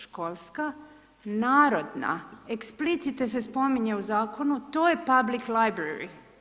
Školska, narodna, explicite se spominje u zakonu, to je public library.